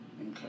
Okay